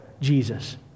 Jesus